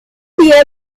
tía